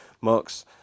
marks